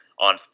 on